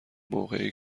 موقعی